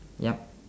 yup